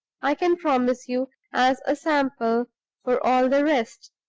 i can promise you, as a sample for all the rest.